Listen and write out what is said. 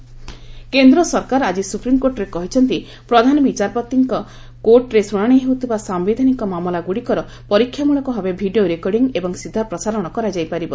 SC video recording କେନ୍ଦ୍ର ସରକାର ଆଜି ସୁପ୍ରିମ୍କୋର୍ଟରେ କହିଛନ୍ତି ପ୍ରଧାନ ବିଚାରପତିଙ୍କ କୋର୍ଟରେ ଶୁଣାଣି ହେଉଥିବା ସାୟିଧାନିକ ମାମଲାଗୁଡ଼ିକର ପରୀକ୍ଷାମଳକ ଭାବେ ଭିଡ଼ିଓ ରେକର୍ଡ଼ିଂ ଏବଂ ସିଧା ପ୍ରସାରଣ କରାଯାଇପାରିବ